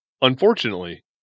Unfortunately